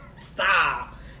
Stop